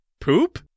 Poop